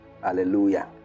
Hallelujah